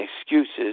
excuses